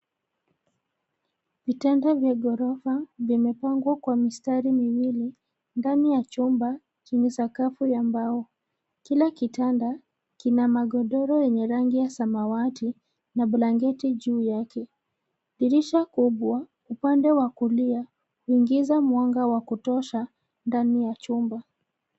Vitanda vya ghorofa vimepangwa kwa mistari miwili ndani ya chumba chenye sakafu ya mbao. Kila kitanda kina magodoro yenye rangi ya samawati na blanketi juu yake. Dirisha kubwa, upande wa kulia huingiza mwanga wa kutosha ndani ya chumba.